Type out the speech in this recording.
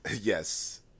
yes